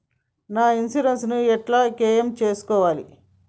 నా ఇన్సూరెన్స్ ని ఎట్ల క్లెయిమ్ చేస్కోవాలి?